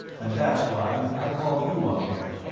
and that's why i called you up here.